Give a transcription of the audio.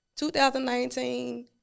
2019